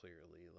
clearly